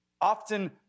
often